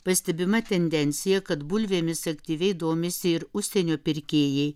pastebima tendencija kad bulvėmis aktyviai domisi ir užsienio pirkėjai